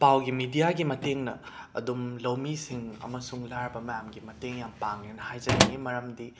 ꯄꯥꯎꯒꯤ ꯃꯤꯗꯤꯌꯥꯒꯤ ꯃꯇꯦꯡꯅ ꯑꯗꯨꯝ ꯂꯧꯃꯤꯁꯤꯡ ꯑꯃꯁꯨꯡ ꯂꯥꯏꯔꯕ ꯃꯌꯥꯝꯒꯤ ꯃꯇꯦꯡ ꯌꯥꯝꯅ ꯄꯥꯡꯉꯦꯅ ꯍꯥꯏꯖꯅꯤꯡꯏ ꯃꯔꯝꯗꯤ